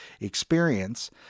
experience